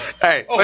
Hey